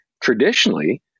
traditionally